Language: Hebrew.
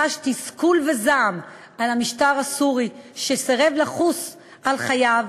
חש תסכול וזעם על המשטר הסורי שסירב לחוס על חייו,